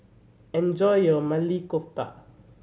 enjoy your Maili Kofta